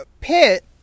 Pit